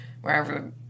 wherever